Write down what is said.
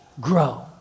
grow